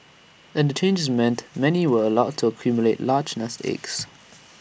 and the changes meant many were allowed to accumulate large nest eggs